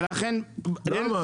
למה,